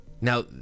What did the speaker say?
Now